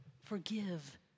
forgive